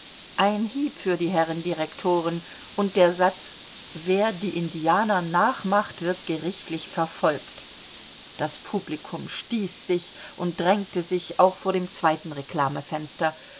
ein hieb für die herren direktoren und der satz wer die indianer nachmacht wird gerichtlich verfolgt das publikum stieß sich und drängte sich auch vor dem zweiten